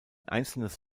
einzelnes